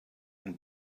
and